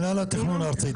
מינהל התכנון הארצי,